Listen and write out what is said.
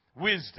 Wisdom